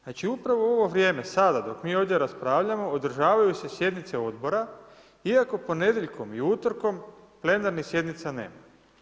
Znači upravo u ovo vrijeme sada dok mi ovdje raspravljamo održavaju se sjednice odbora iako ponedjeljkom i utorkom plenarnih sjednica nema.